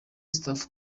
staff